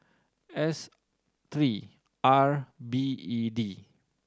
S three R B E D